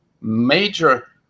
major